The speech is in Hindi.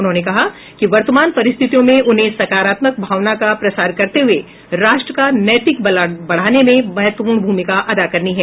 उन्होंने कहा कि वर्तमान परिस्थितियों में उन्हें सकारात्मक भावना का प्रसार करते हुए राष्ट्र का नैतिक बल बढाने में महत्वपूर्ण भूमिका अदा करनी है